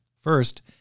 First